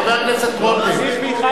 חבר הכנסת רותם.